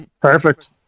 Perfect